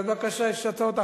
בבקשה, יש הצעות אחרות?